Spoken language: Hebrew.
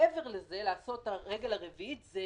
מעבר לזה, הרגל הרביעית זה